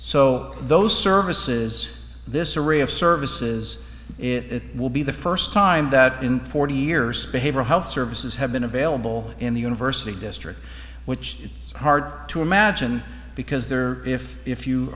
so those services this array of services it will be the first time that in forty years behavioral health services have been available in the university district which is hard to imagine because there if if you